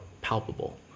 palpable